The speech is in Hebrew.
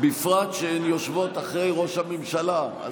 בפרט שהן יושבות מאחורי ראש הממשלה.